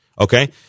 Okay